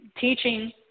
teaching